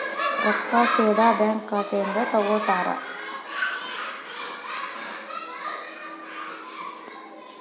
ರೊಕ್ಕಾ ಸೇದಾ ಬ್ಯಾಂಕ್ ಖಾತೆಯಿಂದ ತಗೋತಾರಾ?